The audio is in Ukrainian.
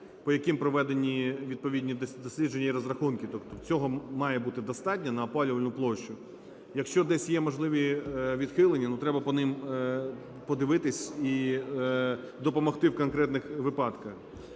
по яким проведені відповідні дослідження і розрахунки. Цього має бути достатньо на опалювальну площу. Якщо десь є можливі відхилення, ну треба по ним подивитися і допомогти в конкретних випадках.